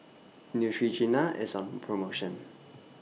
Neutrogena IS on promotion